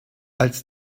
als